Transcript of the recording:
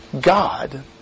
God